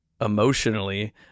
emotionally